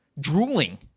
drooling